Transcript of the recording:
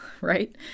right